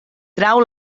trau